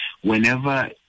Whenever